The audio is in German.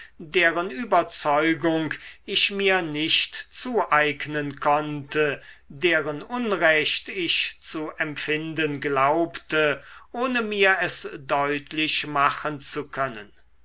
deren überzeugung ich mir nicht zueignen konnte deren unrecht ich zu empfinden glaubte ohne mir es deutlich machen zu können